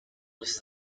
was